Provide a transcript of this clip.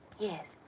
yes.